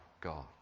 God